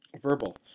verbal